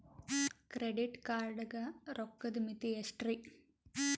Credit card ಗ ರೋಕ್ಕದ್ ಮಿತಿ ಎಷ್ಟ್ರಿ?